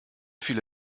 viele